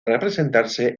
representarse